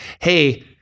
hey